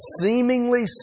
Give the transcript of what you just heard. seemingly